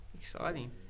exciting